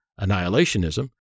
annihilationism